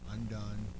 Undone